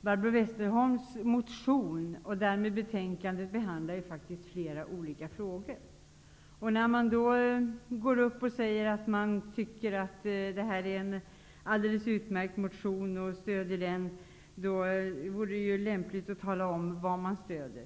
Barbro Westerholms motion, och därmed betänkandet, behandlar faktiskt flera olika frågor. När man då går upp i debatten och säger att man tycker att detta är en alldeles utmärkt motion, vore det lämpligt att tala om vad man stöder.